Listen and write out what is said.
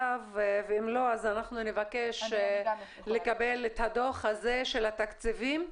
אנחנו נבקש לקבל את הדוח הזה של התקציבים.